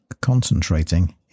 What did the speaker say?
concentrating